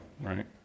right